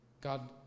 God